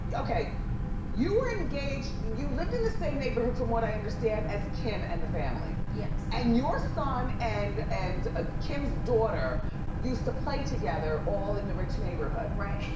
okay you were engaged, you lived in the same neighborhood, from what i understand, as kim and the family. yes. and your son and and ah kim's daughter used to play together all in the rich neighborhood. right.